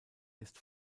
ist